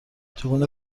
چگونه